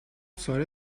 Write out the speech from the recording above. ساره